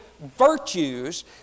virtues